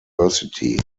university